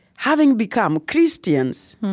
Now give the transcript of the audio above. having become christians,